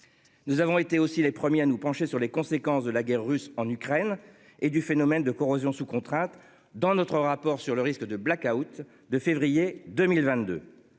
Nous avons été aussi les premiers à nous pencher sur les conséquences de la guerre russe en Ukraine et du phénomène de corrosion sous contrainte dans notre rapport sur le risque de Black-out de février 2022.